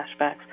flashbacks